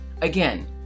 Again